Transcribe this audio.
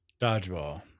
Dodgeball